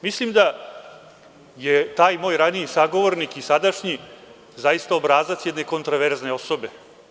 Mislim da je taj moj raniji sagovornik i sadašnji zaista obrazac jedne kontroverzne osobe.